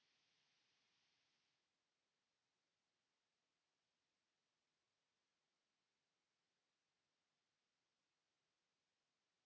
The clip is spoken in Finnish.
Kiitos